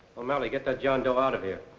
o'malley, get that john doe out of here.